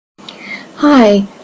Hi